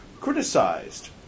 criticized